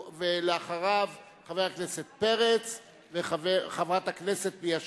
ואחריו, חבר הכנסת פרץ וחברת הכנסת ליה שמטוב.